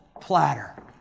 platter